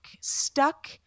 stuck